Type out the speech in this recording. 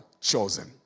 chosen